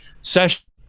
session